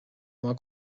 uma